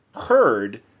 heard